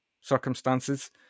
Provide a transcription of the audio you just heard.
circumstances